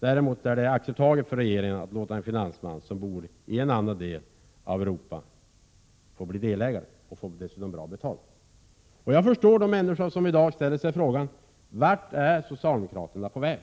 Däremot är det acceptabelt för regeringen att låta en finansman som bor i en annan del av Europa bli delägare, och dessutom få bra betalt. Jag förstår de människor som i dag frågar sig: Vart är socialdemokraterna på väg?